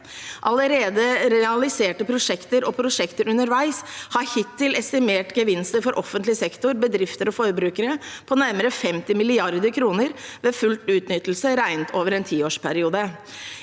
Allerede realiserte prosjekter og prosjekter underveis har hittil estimert gevinster for offentlig sektor, bedrifter og forbrukere på nærmere 50 mrd. kr med full utnyttelse, regnet over en tiårsperiode.